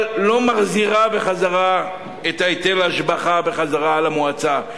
אבל לא מחזיר את היטל ההשבחה למועצה,